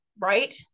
Right